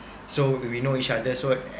so we we know each other so